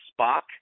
Spock